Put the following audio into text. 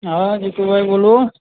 હા જીતુભાઈ બોલો